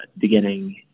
beginning